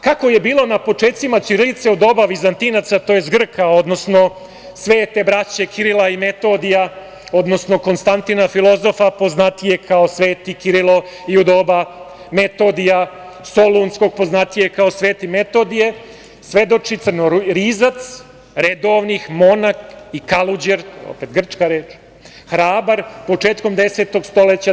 Kako je bilo na počecima ćirilice u doba vizantinaca, tj. Grka, odnosno svete braće Kirila i Metodija, odnosno Konstantina filozofa, poznatijeg kao sveti Kirilo, i u doba Metodija solunskog, poznatijeg kao sveti Metodije, svedoči crnorizac redovnih, monah i kaluđer, to je opet grčka reč, hrabar početkom 10. stoleća.